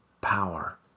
power